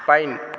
pine